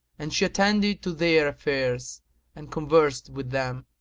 and she attended to their affairs and conversed with them.